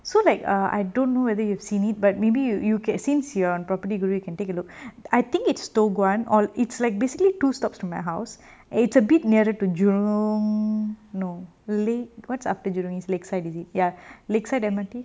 so like err I don't know whether you've seen it but maybe you you can since you are on property guru you can take a look I think it's toh guan or it's like basically two stops to my house and it is a bit nearer to jurong no lay what's after jurong east lakeside is it ya lakeside M_R_T